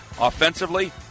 offensively